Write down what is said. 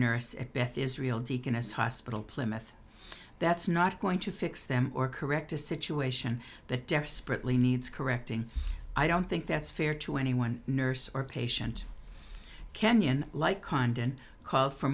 nurse at beth israel deaconess hospital plymouth that's not going to fix them or correct a situation that desperately needs correcting i don't think that's fair to any one nurse or patient kenyon like condon called for